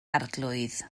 arglwydd